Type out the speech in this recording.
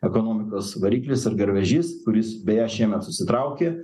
ekonomikos variklis ir garvežys kuris beje šiemet susitraukė